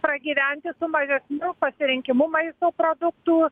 pragyventi su mažesniu pasirinkimu maisto produktų